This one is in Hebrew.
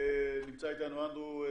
נמצא איתנו אנדרו.